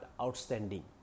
outstanding